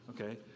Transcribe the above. okay